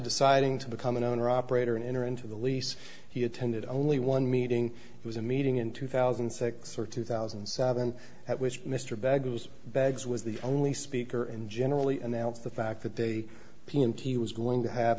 deciding to become an owner operator and enter into the lease he attended only one meeting was a meeting in two thousand and six or two thousand and seven at which mr begg was baggs was the only speaker in generally announced the fact that they p m t was going to have